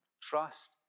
trust